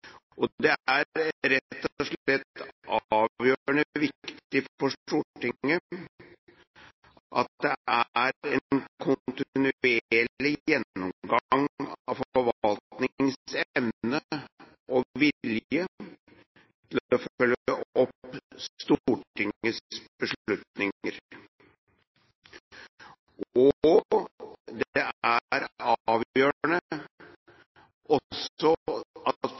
Det er rett og slett avgjørende viktig for Stortinget at det er en kontinuerlig gjennomgang av forvaltningens evne og vilje til å følge opp Stortingets beslutninger. Og det er avgjørende at også